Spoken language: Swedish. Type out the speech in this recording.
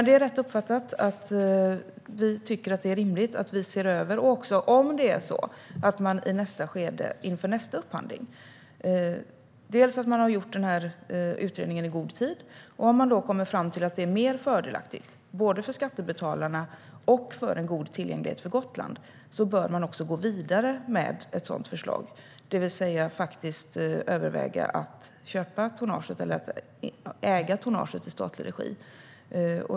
Det är rätt uppfattat att vi tycker att det är rimligt att vi ser över detta. Inför nästa skede, inför nästa upphandling, ska man ha gjort utredningen i god tid. Om man då kommer fram till att det är mer fördelaktigt både för skattebetalarna och för en god tillgänglighet för Gotland bör man gå vidare med ett sådant förslag, det vill säga att överväga att äga tonnaget i statlig regi.